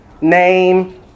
name